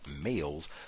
males